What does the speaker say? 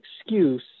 excuse